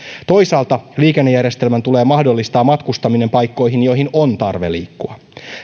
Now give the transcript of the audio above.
toisaalta liikennejärjestelmän tulee mahdollistaa matkustaminen paikkoihin joihin on tarve liikkua